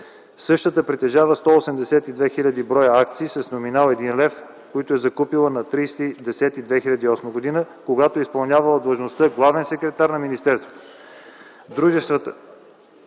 Същата притежава 182 хил. броя акции с номинал 1 лв., които е закупила на 30.10.2008 г., когато е изпълнявала длъжността главен секретар на министерството. Това